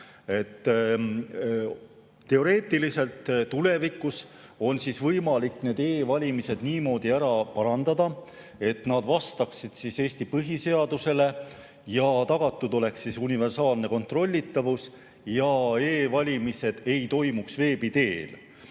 Teoreetiliselt on tulevikus võimalik need e‑valimised niimoodi ära parandada, et nad vastaksid Eesti põhiseadusele, tagatud oleks universaalne kontrollitavus ja e‑valimised ei toimuks veebi teel.